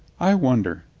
i wonder.